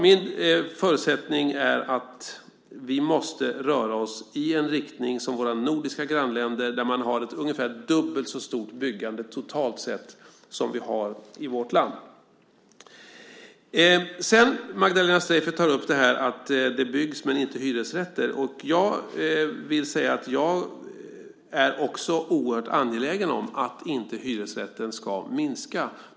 Min förutsättning är att vi måste röra oss i en riktning liknande våra nordiska grannländer. Där har man ungefär ett dubbelt så stort byggande, totalt sett, som vi har i vårt land. Magdalena Streijffert tar upp att det byggs men inte hyresrätter. Jag vill säga att jag också är oerhört angelägen om att hyresrätten inte ska minska.